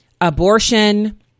abortion